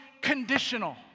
conditional